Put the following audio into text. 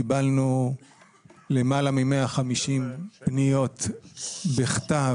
קיבלנו למעלה מ-150 פניות בכתב,